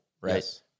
right